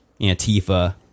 Antifa